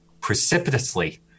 precipitously